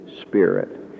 Spirit